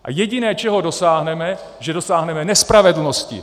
A jediné čeho dosáhneme, je, že dosáhneme nespravedlnosti.